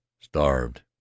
Starved